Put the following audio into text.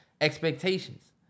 expectations